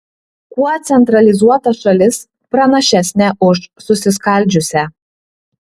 kuo centralizuota šalis pranašesnė už susiskaldžiusią